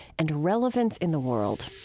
and relevance in the world